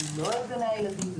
לא את גני הילדים,